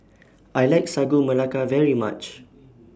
I like Sagu Melaka very much